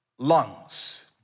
lungs